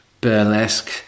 burlesque